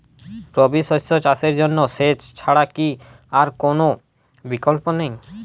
রবি শস্য চাষের জন্য সেচ ছাড়া কি আর কোন বিকল্প নেই?